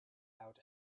out